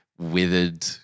withered